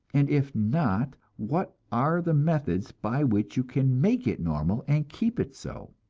and if not, what are the methods by which you can make it normal and keep it so?